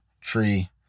tree